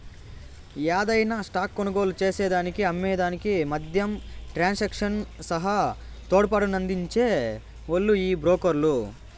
యాదైన స్టాక్ కొనుగోలు చేసేదానికి అమ్మే దానికి మద్యం ట్రాన్సాక్షన్ సహా తోడ్పాటునందించే ఓల్లు ఈ బ్రోకర్లు